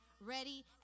ready